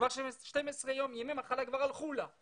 כבר 12 ימי מחלה הלכו לה,